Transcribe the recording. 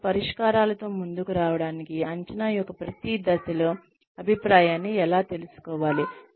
మరియు పరిష్కారాలతో ముందుకు రావడానికి అంచనా యొక్క ప్రతి దశలో అభిప్రాయాన్ని ఎలా తీసుకోవాలి